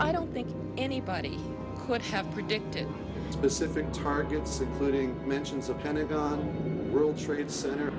i don't think anybody could have predicted this if it targets including mentions the pentagon the world trade center